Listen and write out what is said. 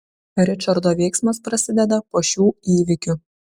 ričardo veiksmas prasideda po šių įvykių